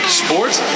sports